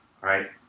right